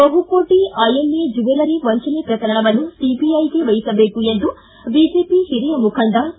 ಬಹುಕೋಟ IMA jewellery ವಂಚನೆ ಶ್ರಕರಣವನ್ನು ಸಿಬಿಐಗೆ ವಹಿಸಬೇಕು ಎಂದು ಬಿಜೆಪಿ ಹಿರಿಯ ಮುಖಂಡ ಕೆ